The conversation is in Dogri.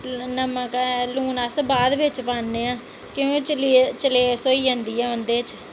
लून अस बाद बिच पान्ने आं क्योंकि चलेस होई जंदी उं'दे च